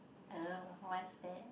oh what's that